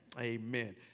Amen